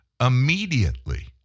immediately